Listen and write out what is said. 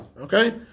Okay